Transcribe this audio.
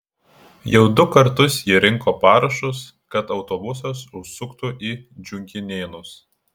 jau du kartus ji rinko parašus kad autobusas užsuktų į džiuginėnus